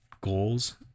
goals